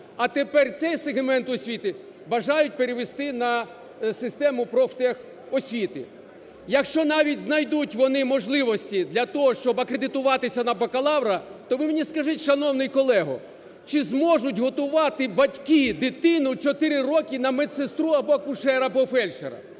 а тепер цей сегмент освіти бажають перевести на систему профтехосвіти. Якщо навіть знайдуть вони можливості для того, щоб акредитуватися на бакалавра, то ви мені скажіть, шановний колего, чи зможуть готувати батьки дитину 4 роки на медсестру або акушера, або фельдшера?